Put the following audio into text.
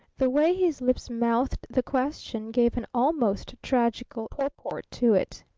the way his lips mouthed the question gave an almost tragical purport to it.